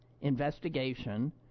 investigation